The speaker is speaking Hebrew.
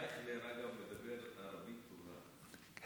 אייכלר, אגב, מדבר ערבית טובה.